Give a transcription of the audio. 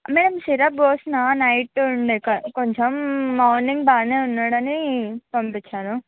madam syrup పోసిన night ఉండే కొంచెం మార్నింగ్ బాగానే ఉన్నాడని పంపించాను